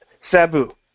Sabu